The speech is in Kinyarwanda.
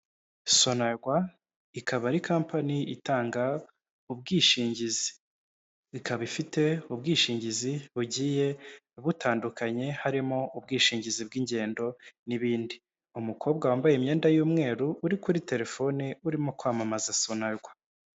Sonarwa ikaba ari kampani itanga ubwishingizi. Ikaba ifite ubwishingizi bugiye butandukanye harimo ubwishingizi bw'ingendo n'ibindi. Umukobwa wambaye imyenda y'umweru, uri kuri terefoni, urimo kwamamaza Sonarwa.